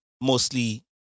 mostly